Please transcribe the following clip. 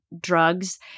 drugs